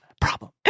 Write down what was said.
problem